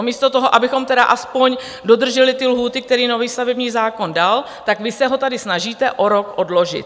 Místo toho, abychom tedy aspoň dodrželi lhůty, které nový stavební zákon dal, tak vy se ho tady snažíte o rok odložit.